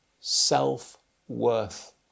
self-worth